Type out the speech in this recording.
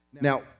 Now